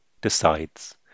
decides